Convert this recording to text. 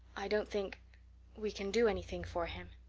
i don't think we can do anything for him.